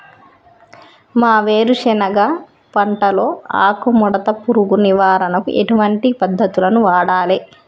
మా వేరుశెనగ పంటలో ఆకుముడత పురుగు నివారణకు ఎటువంటి పద్దతులను వాడాలే?